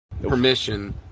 permission